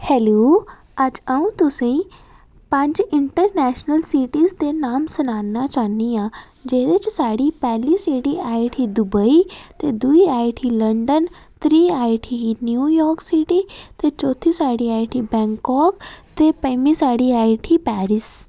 hello अज्ज अ'ऊं तुसें ई पंज इंटर नैशनल सिटियें दे नां सनाना चाह्न्नी आं जेह्दे च साढ़ी पैह्ली सिटी आई उठी दुबई ते दूई आई उठी लंदन त्री आई उठी न्यू यार्क सिटी ते चौथी साढ़ी आई उठी बैंकाक ते पञमीं साढ़ी आई उठी पैरिस